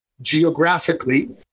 Geographically